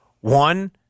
One